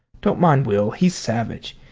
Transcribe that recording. don't mind will he's savage.